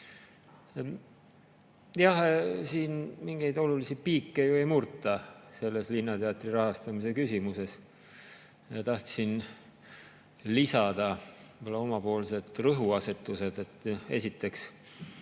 Jah, siin mingeid olulisi piike ju ei murta, selles linnateatri rahastamise küsimuses. Tahtsin lisada oma rõhuasetused. Esiteks,